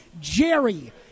Jerry